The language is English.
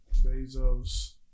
Bezos